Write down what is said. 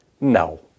No